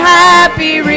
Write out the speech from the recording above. happy